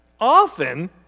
Often